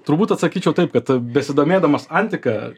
turbūt atsakyčiau taip kad besidomėdamas antika